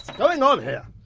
going on here,